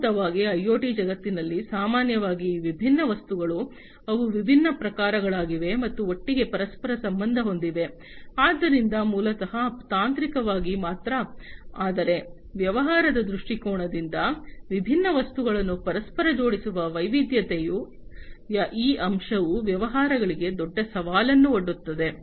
ಮೂಲಭೂತವಾಗಿ ಐಒಟಿ ಜಗತ್ತಿನಲ್ಲಿ ಸಾಮಾನ್ಯವಾಗಿ ಈ ವಿಭಿನ್ನ ವಸ್ತುಗಳು ಅವು ವಿಭಿನ್ನ ಪ್ರಕಾರಗಳಾಗಿವೆ ಮತ್ತು ಒಟ್ಟಿಗೆ ಪರಸ್ಪರ ಸಂಬಂಧ ಹೊಂದಿವೆ ಆದ್ದರಿಂದ ಮೂಲತಃ ತಾಂತ್ರಿಕವಾಗಿ ಮಾತ್ರ ಆದರೆ ವ್ಯವಹಾರದ ದೃಷ್ಟಿಕೋನದಿಂದ ವಿಭಿನ್ನ ವಸ್ತುಗಳನ್ನು ಪರಸ್ಪರ ಜೋಡಿಸುವ ವೈವಿಧ್ಯತೆಯ ಈ ಅಂಶವು ವ್ಯವಹಾರಗಳಿಗೆ ದೊಡ್ಡ ಸವಾಲನ್ನು ಒಡ್ಡುತ್ತದೆ